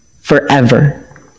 forever